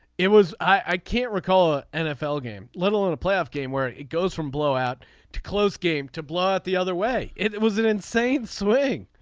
it was i can't recall nfl game let alone a playoff game where it it goes from blowout to close game to blow it the other way. it it was an insane swing.